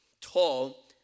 tall